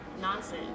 nonsense